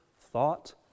thought